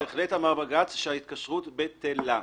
בהחלט אמר בג"ץ שההתקשרות ב-ט-ל-ה.